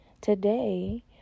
Today